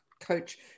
coach